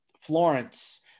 Florence